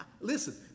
listen